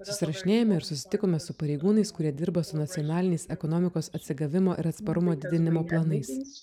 susirašinėjome ir susitikome su pareigūnais kurie dirba su nacionalinės ekonomikos atsigavimo ir atsparumo didinimo planais